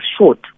short